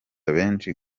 benshi